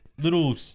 little